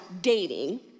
dating